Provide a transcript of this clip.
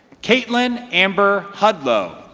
caitlin amber hudlow